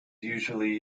usually